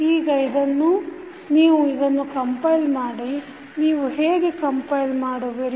ಈಗ ನೀವು ಇದನ್ನು ಕಂಪೈಲ್ ಮಾಡಿ ನೀವು ಹೇಗೆ ಕಂಪೈಲ್ ಮಾಡುವಿರಿ